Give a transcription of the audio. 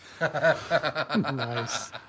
Nice